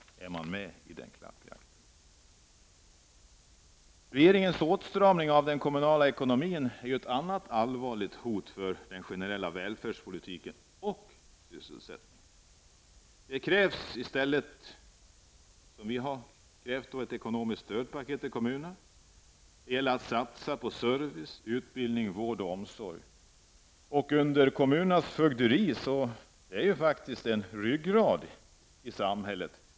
Är man alltså med i den här klappjakten? Regeringens åtstramning av den kommunala ekonomin är ett annat allvarligt hot mot den generella välfärdspolitiken och mot sysselsättningen. I stället krävs det, och det är ett krav som vi har framställt, ett ekonomiskt stödpaket till kommunerna. Det gäller att satsa på service, utbildning, vård och omsorg, som under kommunernas fögderi är ryggraden i samhället.